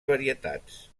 varietats